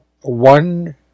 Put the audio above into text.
one